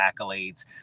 accolades